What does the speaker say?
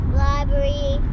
library